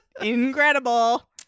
Incredible